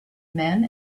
men